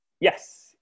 Yes